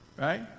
right